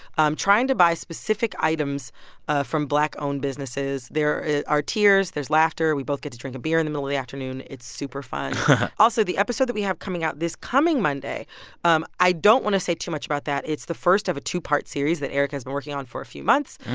um trying to buy specific items from black-owned businesses. there are tears, there's laughter, we both get to drink a beer in the middle of the afternoon. it's super fun also, the episode that we have coming out this coming monday um i don't want to say too much about that. it's the first of a two-part series that eric has been working on for a few months.